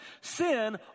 Sin